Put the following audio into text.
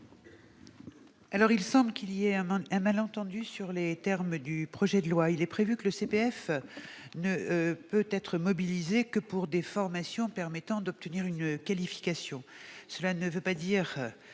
? Il semble qu'il y ait malentendu sur les termes du projet de loi. Il est prévu que le CPF ne peut être mobilisé que pour des formations permettant d'obtenir une qualification. Cela ne signifie